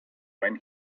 when